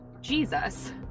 Jesus